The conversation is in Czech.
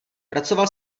pracoval